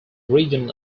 region